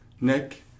Nick